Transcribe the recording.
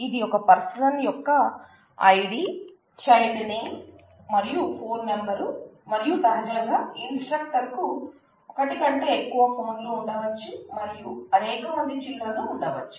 ఇది ఒక పర్సన్ యొక్క ఐడి చైల్డ్ నేమ్ మరియు ఫోన్ నెంబరు మరియు సహజంగా ఇన్స్ట్రక్టర్ కు ఒకటి కంటే ఎక్కువ ఫోన్ లు ఉండవచ్చు మరియు అనేకమంది చిల్డ్రన్ ఉండవచ్చు